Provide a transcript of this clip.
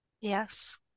yes